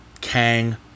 Kang